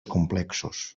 complexos